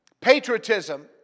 Patriotism